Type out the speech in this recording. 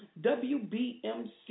WBMC